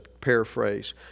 paraphrase